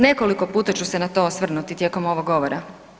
Nekoliko puta ću se na to osvrnuti tijekom ovog govora.